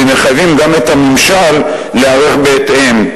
ומחייבים גם את הממשל להיערך בהתאם.